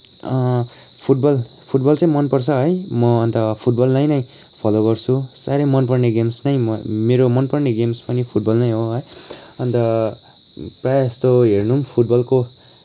football football चाहिँ मनपर्छ है म अन्त फुटबललाई नै फलो गर्छु साह्रै मनपर्ने गेम्स नै म मेरो मनपर्ने गेम्स पनि फुटबल नै हो है अन्त प्रायःजस्तो हेर्न पनि फुटबलको